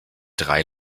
drei